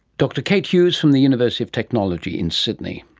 dr kate hughes from the university of technology in sydney.